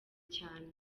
cyane